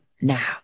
now